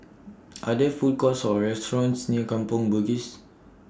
Are There Food Courts Or restaurants near Kampong Bugis